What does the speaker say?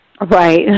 Right